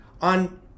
on